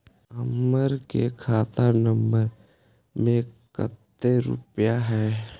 हमार के खाता नंबर में कते रूपैया है?